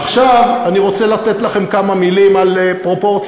עכשיו, אני רוצה לתת לכם כמה מילים על פרופורציות: